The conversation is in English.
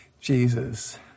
Jesus